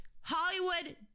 hollywood